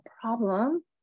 problem